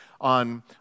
on